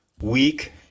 weak